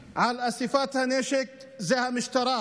על איסוף הנשק הוא המשטרה,